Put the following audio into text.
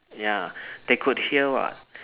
ya they could hear what